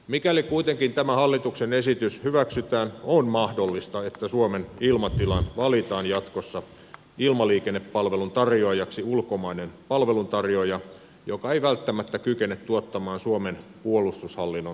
mikäli kuitenkin tämä hallituksen esitys hyväksytään on mahdollista että suomen ilmatilaan valitaan jatkossa ilmaliikennepalvelun tarjoajaksi ulkomainen palveluntarjoaja joka ei välttämättä kykene tuottamaan suomen puolustushallinnon tarvitsemia palveluita